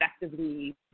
effectively